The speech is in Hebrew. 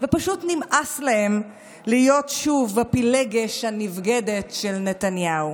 ופשוט נמאס להם להיות שוב הפילגש הנבגדת של נתניהו.